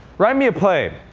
write me a play.